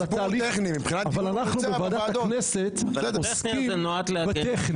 אבל אנחנו בוועדת הכנסת עוסקים בטכני.